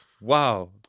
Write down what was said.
Wow